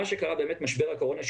מה שקרה בעת משבר הקורונה,